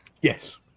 Yes